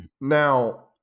Now